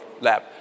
lab